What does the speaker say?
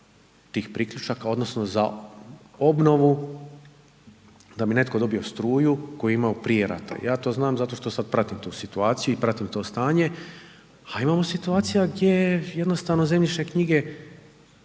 tih priključaka odnosno za obnovu da bi netko dobio struju koju je imao prije rata. Ja to znam zato što sad pratim tu situaciju i pratim to stanje a imamo situacija gdje jednostavno zemljišne knjige,